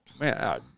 man